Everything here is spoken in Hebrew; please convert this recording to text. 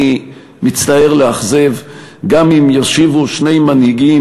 אני מצטער לאכזב: גם אם יושיבו שני מנהיגים